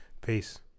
Peace